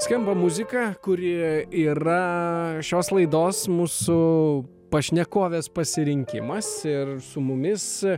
skamba muzika kuri yra šios laidos mūsų pašnekovės pasirinkimas ir su mumis